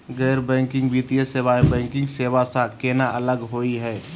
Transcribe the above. गैर बैंकिंग वित्तीय सेवाएं, बैंकिंग सेवा स केना अलग होई हे?